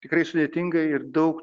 tikrai sudėtinga ir daug